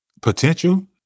Potential